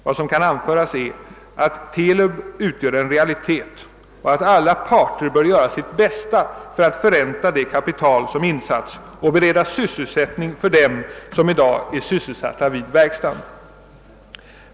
Vad som kan anföras är att TELUB utgör en realitet och att alla parter bör göra sitt bästa för att förränta det kapital som insatts och bereda sysselsättning för dem som i dag arbetar vid verkstaden.